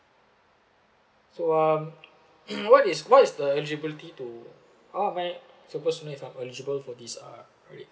so um what is what is the eligibility to how am I suppose to know if I'm eligible for this uh credit